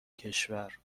کشور